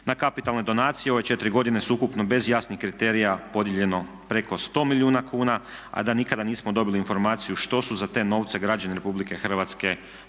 Na kapitalne donacije u ove 4 godine ukupno je bez jasnih kriterija podijeljeno preko 100 milijuna kuna a da nikada nismo dobili informaciju što su za te novce građani Republike Hrvatske dobili